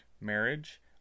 marriage